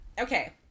Okay